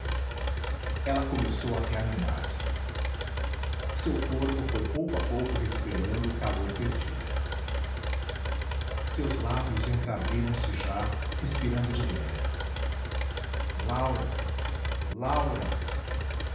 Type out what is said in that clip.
ela começou a reanimar se seu corpo foi a pouco e pouco recuperando o calor perdido seus lábios entreabriram se já respirando de leve laura laura